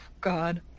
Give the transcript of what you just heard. God